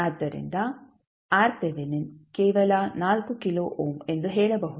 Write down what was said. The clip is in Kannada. ಆದ್ದರಿಂದ ಕೇವಲ 4 ಕಿಲೋ ಓಮ್ ಎಂದು ಹೇಳಬಹುದು